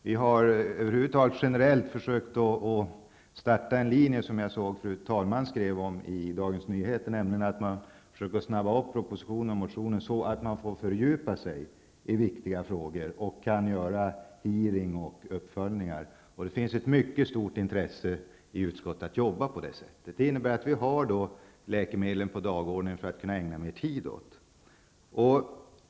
Vi har över huvud taget försökt driva en linje, som fru talmannen skrev om i Dagens Nyheter, som innebär att propositioner och motioner skall läggas fram snabbare, så att man kan fördjupa sig i viktiga frågor och kan anordna hearingar och uppföljningar. Det finns ett mycket stort intresse i utskottet av att jobba på det sättet. Vi har läkemedelsfrågorna på dagordningen för att kunna ägna mer tid åt dem.